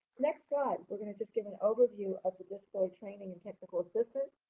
next slide, we're gonna just give an overview of the disability training and technical assistance.